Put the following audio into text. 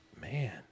man